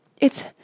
It's